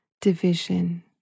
division